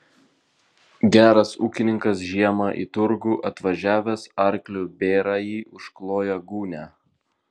geras ūkininkas žiemą į turgų atvažiavęs arkliu bėrąjį užkloja gūnia